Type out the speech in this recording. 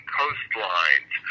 coastlines